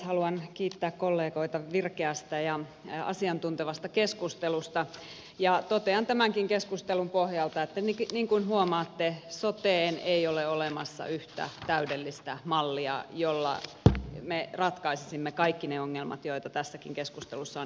haluan kiittää kollegoita virkeästä ja asiantuntevasta keskustelusta ja totean tämänkin keskustelun pohjalta että niin kuin huomaatte soteen ei ole olemassa yhtä täydellistä mallia jolla me ratkaisisimme kaikki ne ongelmat joita tässäkin keskustelussa on esiin tuotu